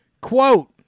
Quote